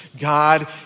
God